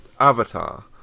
Avatar